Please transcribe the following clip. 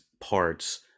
parts